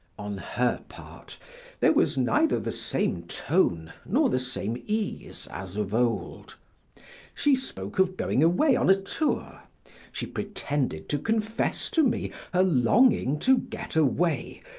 on her part there was neither the same tone nor the same ease as of old she spoke of going away on a tour she pretended to confess to me her longing to get away,